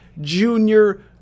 junior